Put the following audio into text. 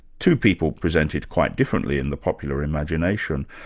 two people presented quite differently in the popular imagination.